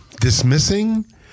dismissing